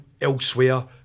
elsewhere